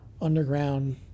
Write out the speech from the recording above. underground